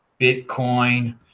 Bitcoin